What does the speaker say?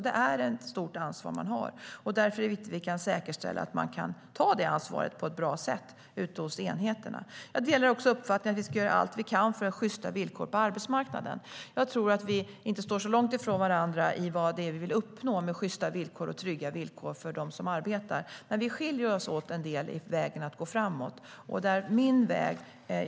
Det är alltså ett stort ansvar man har, och därför är det viktigt att vi kan säkerställa att man kan ta det ansvaret på ett bra sätt ute hos enheterna. Jag delar uppfattningen att vi ska göra allt vi kan för att få sjysta villkor på arbetsmarknaden. Vi står inte så långt från varandra i vad vi vill uppnå med sjysta och trygga villkor för dem som arbetar. Men vi skiljer oss åt en del i vägen att gå framåt.